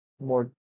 more